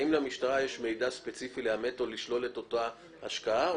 האם למשטרה יש מידע ספציפי לאשר או לשלול את אותה השקעה,